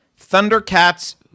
Thundercats